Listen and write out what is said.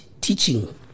teaching